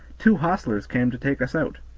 two hostlers came to take us out.